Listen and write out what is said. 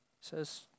says